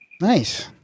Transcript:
Nice